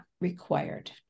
required